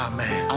Amen